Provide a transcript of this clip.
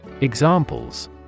Examples